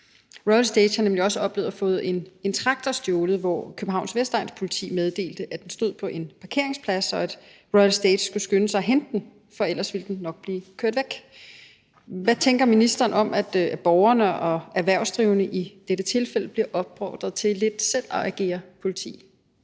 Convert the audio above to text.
Royal Stage har nemlig også oplevet at få en traktor stjålet, hvor Københavns Vestegns Politi meddelte, at den stod på en parkeringsplads, og at Royal Stage skulle skynde sig at hente den, for ellers ville den nok blive kørt væk. Hvad tænker ministeren om, at borgerne og i dette tilfælde erhvervsdrivende bliver opfordret til lidt selv at agere politi?